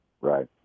Right